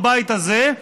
בבית הזה?